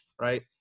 Right